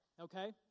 okay